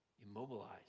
immobilized